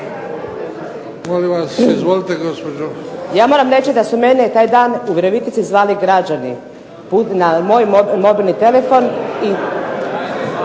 Smiljanec, Nada (SDP)** Ja moram reći da su mene taj dan u Virovitici zvali građani na moj mobilni telefon.